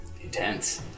intense